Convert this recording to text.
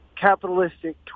capitalistic